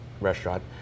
restaurant